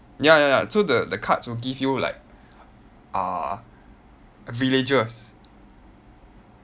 ya ya ya so the the cards will give you like uh villagers